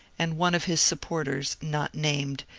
and one of his supporters, not named,